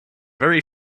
very